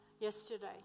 Yesterday